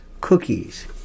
cookies